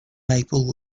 maple